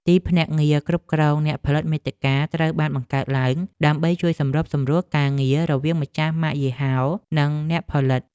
ទីភ្នាក់ងារគ្រប់គ្រងអ្នកផលិតមាតិកាត្រូវបានបង្កើតឡើង ដើម្បីជួយសម្របសម្រួលការងាររវាងម្ចាស់ម៉ាកយីហោនិងអ្នកផលិត។